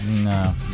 No